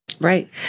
Right